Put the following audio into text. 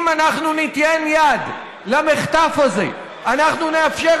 אם אנחנו ניתן יד למחטף הזה אנחנו נאפשר